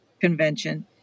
convention